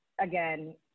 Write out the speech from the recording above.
again